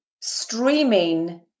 streaming